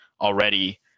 already